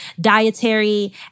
dietary